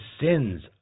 sins